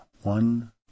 one